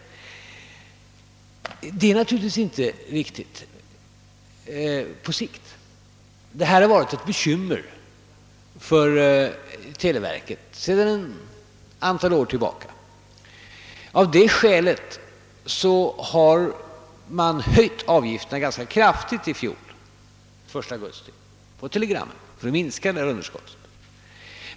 På sikt är det naturligtvis inte bra, och detta har varit ett bekymmer för televerket sedan ett antal år tillbaka. Av det skälet har man den 1 augusti i fjol höjt avgifterna för telegrammen rätt kraftigt i syfte att minska underskottet.